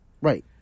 Right